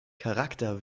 charakter